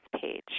page